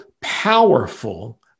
powerful